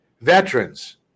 Veterans